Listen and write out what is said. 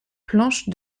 planche